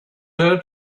her